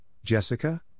Jessica